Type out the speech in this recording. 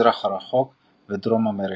המזרח הרחוק ודרום אמריקה.